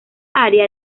área